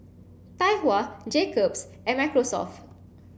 Tai Hua Jacob's and Microsoft